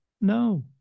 No